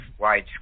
widescreen